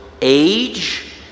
age